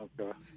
Okay